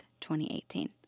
2018